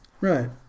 Right